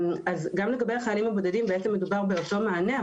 גם לגבי החיילים הבודדים בעצם מדובר באותו מענה.